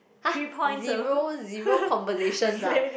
!huh! zero zero conversations ah